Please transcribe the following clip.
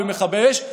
במכבי אש,